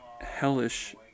hellish